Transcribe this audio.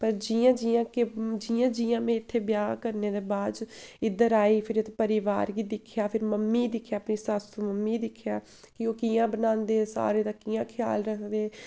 पर जि'यां जि'यां कि जि'यां जि'यां में इत्थै ब्याह् करने दे बाद च इद्धर आई फिर परिवार गी दिक्खेआ फिर मम्मी गी दिक्खेआ फिर सासू मम्मी गी दिक्खेआ कि ओह् कि'यां बनांदे सारें दा कि'यां ख्याल रखदे